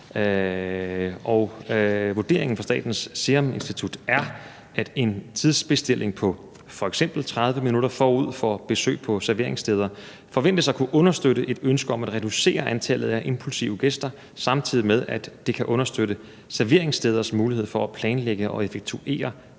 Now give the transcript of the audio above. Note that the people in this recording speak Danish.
Vurderingen fra Statens Serum Institut er, at en tidsbestilling på f.eks. 30 minutter forud for besøg på serveringssteder forventes at kunne understøtte et ønske om at reducere antallet af impulsive gæster, samtidig med at det kan understøtte serveringssteders mulighed for at planlægge og effektuere